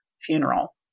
funeral